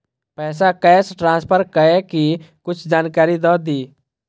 पैसा cash transfer करऐ कि कुछ जानकारी द दिअ